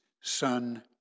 son